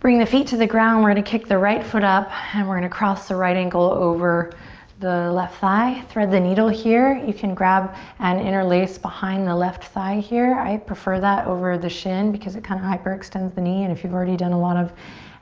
bring the feet to the ground, we're gonna kick the right foot up and we're gonna cross the right ankle over the left thigh. thread the needle here. you can grab and interlace behind the left thigh here. i prefer that over the shin because it kind of hyperextends the knee and if you've already done a lot of